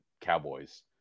Cowboys